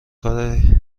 کاری